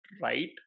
right